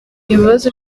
ibibazo